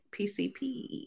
PCP